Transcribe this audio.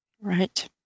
Right